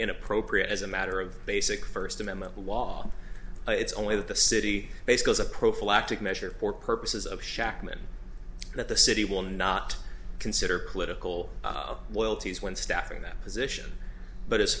inappropriate as a matter of basic first amendment law it's only that the city based has a prophylactic measure for purposes of shachtman that the city will not consider political loyalties when staffing that position but as